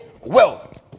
wealth